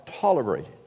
tolerated